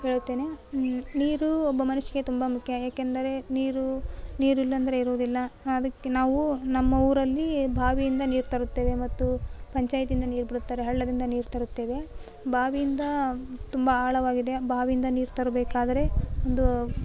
ಹೇಳ್ತೇನೆ ನೀರು ಒಬ್ಬ ಮನುಷ್ಯನಿಗೆ ತುಂಬ ಮುಖ್ಯ ಏಕೆಂದರೆ ನೀರು ನೀರಿಲ್ಲ ಅಂದರೆ ಇರೋದಿಲ್ಲ ಅದಕ್ಕೆ ನಾವು ನಮ್ಮ ಊರಲ್ಲಿ ಬಾವಿಯಿಂದ ನೀರು ತರುತ್ತೇವೆ ಮತ್ತು ಪಂಚಾಯ್ತಿಂದ ನೀರು ಬಿಡುತ್ತಾರೆ ಹಳ್ಳದಿಂದ ನೀರು ತರುತ್ತೇವೆ ಬಾವಿಯಿಂದ ತುಂಬ ಆಳವಾಗಿದೆ ಬಾವಿ ಇಂದ ನೀರು ತರಬೇಕಾದರೆ ಒಂದು